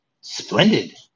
Splendid